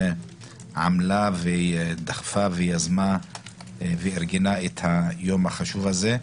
שעמלה, דחפה, יזמה וארגנה את היום החשוב הזה.